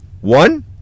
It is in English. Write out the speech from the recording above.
one